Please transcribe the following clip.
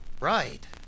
Right